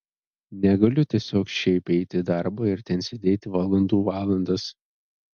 negaliu tiesiog šiaip eiti į darbą ir ten sėdėti valandų valandas